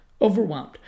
overwhelmed